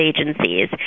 agencies